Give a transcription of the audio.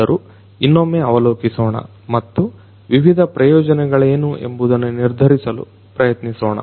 ಆದರೂ ಇನ್ನೊಮ್ಮೆ ಅವಲೋಕಿಸೊಣ ಮತ್ತು ವಿವಿಧ ಪ್ರಯೋಜನಗಳೇನು ಎಂಬುದನ್ನ ನಿರ್ಧರಿಸಲು ಪ್ರಯತ್ನಿಸೋಣ